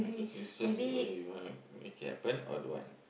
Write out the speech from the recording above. it is just whether you want to make it happen or don't want